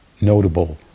notable